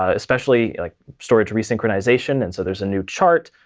ah especially like storage re-synchronization, and so there's a new chart.